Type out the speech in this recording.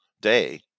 day